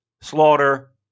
Slaughter